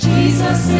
Jesus